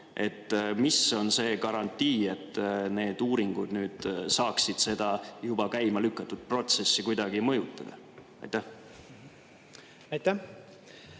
Mis on see garantii, et need uuringud saaksid seda juba käimalükatud protsessi kuidagi mõjutada? Aitäh!